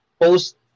post